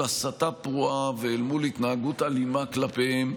הסתה פרועה ואל מול התנהגות אלימה כלפיהם.